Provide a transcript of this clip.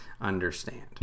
understand